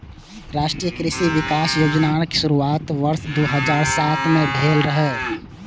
राष्ट्रीय कृषि विकास योजनाक शुरुआत वर्ष दू हजार सात मे भेल रहै